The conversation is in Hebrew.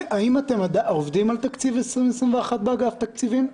האם אתם עובדים על תקציב 2021 באגף תקציבים?